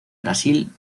brasil